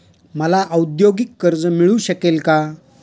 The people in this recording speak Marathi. मला औद्योगिक कर्ज मिळू शकेल का?